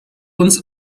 uns